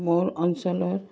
মোৰ অঞ্চলত